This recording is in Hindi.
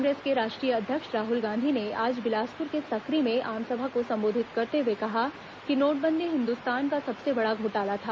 कांग्रेस के राष्ट्रीय अध्यक्ष राहल गांधी ने आज बिलासपुर के सकरी में आमसभा को संबोधित करते हुए कहा कि नोटबंदी हिन्दुस्तान का सबसे बड़ा घोटाला था